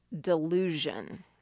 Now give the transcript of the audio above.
delusion